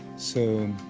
so,